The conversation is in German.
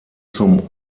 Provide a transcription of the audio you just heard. zum